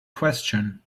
question